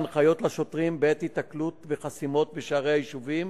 ההנחיות לשוטרים בעת היתקלות בחסימות בשערי יישובים